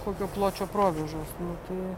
kokio pločio provėžos nu tai